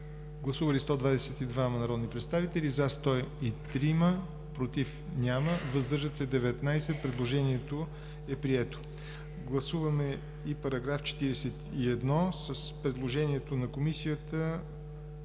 Гласували 122 народни представители: за 103, против няма, въздържали се 19. Предложението е прието. Гласуваме § 41 с предложението на Комисията